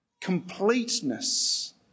completeness